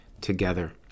together